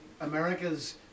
Americas